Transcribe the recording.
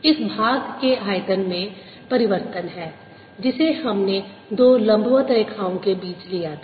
इस भाग के आयतन में परिवर्तन है जिसे हमने दो लंबवत रेखाओं के बीच लिया था